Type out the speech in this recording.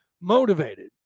motivated